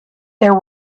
there